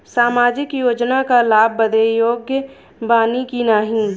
सामाजिक योजना क लाभ बदे योग्य बानी की नाही?